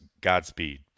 Godspeed